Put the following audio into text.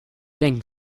denken